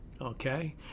Okay